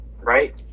right